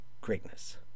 greatness